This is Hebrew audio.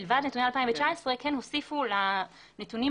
מלבד נתוני 2019 כן הוסיפו לנתונים